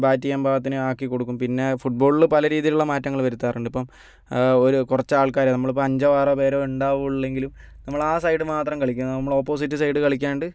ബേറ്റ് ചെയ്യാൻ പാകത്തിന് ആക്കികൊടുക്കും പിന്നെ ഫുട് ബോളിൽ പല രീതിയിലുള്ള മാറ്റങ്ങൾ വരുത്താറുണ്ട് ഇപ്പം ഒരു കുറച്ച് ആൾക്കാർ നമ്മളിപ്പം അഞ്ചോ ആറോ പേരെ ഉണ്ടാകുള്ളുവെങ്കിലും നമ്മൾ ആ സൈഡ് മാത്രം കളിക്കും നമ്മൾ ഓപ്പോസിറ്റ് സൈഡ് കളിക്കാതെ